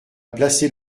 placer